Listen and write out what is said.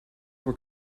were